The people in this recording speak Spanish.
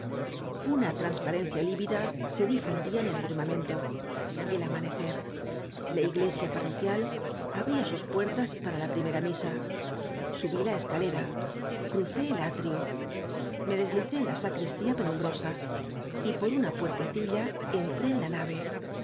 una transparencia lívida se difundía en el firmamento el amanecer la iglesia parroquial abría sus puertas para la primera misa subí la escalera crucé el atrio m e deslicé en la sacristía penumbrosa y por una puertecilla entré en la nave